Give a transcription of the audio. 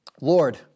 Lord